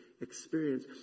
experience